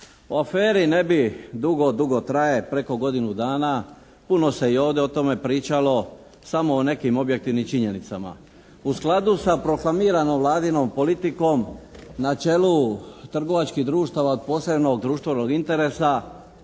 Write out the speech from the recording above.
aferi ne bih, dugo, dugo traje, preko godinu dana. Puno se i ovdje o tome pričalo. Samo o nekim objektivnim činjenicama. U skladu sa proklamiranom vladinom politikom na čelu trgovačkih društava od posebnog društvenog interesa